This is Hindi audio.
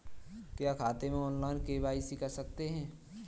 क्या खाते में ऑनलाइन के.वाई.सी कर सकते हैं?